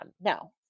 No